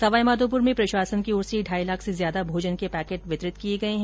सवाईमाधोपुर में प्रशासन की ओर से ढाई लाख से ज्यादा भोजन के पैकेट वितरित किए गए हैं